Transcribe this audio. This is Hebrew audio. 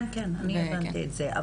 כן כן אני הבנתי את זה.